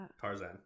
Tarzan